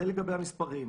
זה לגבי המספרים.